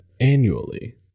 annually